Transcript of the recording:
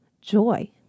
joy